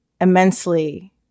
immensely